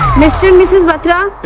mr and mrs batra!